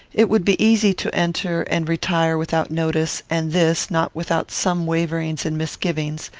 it would be easy to enter and retire without notice and this, not without some waverings and misgivings,